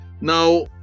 Now